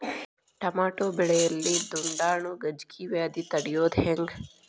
Tomato ಬೆಳೆಯಲ್ಲಿ ದುಂಡಾಣು ಗಜ್ಗಿ ವ್ಯಾಧಿ ತಡಿಯೊದ ಹೆಂಗ್?